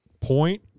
point